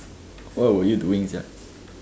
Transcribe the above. what were you doing sia